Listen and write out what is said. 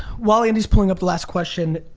while andy's pulling up the last question,